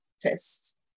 test